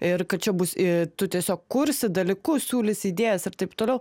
ir kad čia bus ir tu tiesiog kursi dalykus siūlysi idėjas ir taip toliau